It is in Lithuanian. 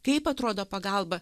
kaip atrodo pagalba